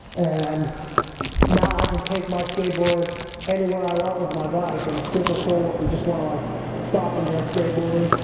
and now i can take my skateboard anywhere i want with my bike, and it's super cool if you just want to like stop and go skateboarding.